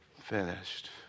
finished